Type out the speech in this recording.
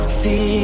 see